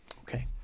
Okay